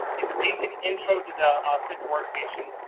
is a basic intro to the ah sift workstation.